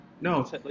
No